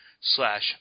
slash